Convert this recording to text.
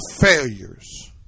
failures